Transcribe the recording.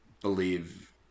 believe